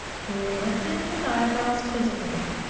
he lifted his eyebrows quizzically.